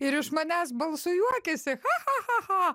ir iš manęs balsu juokiasi cha cha cha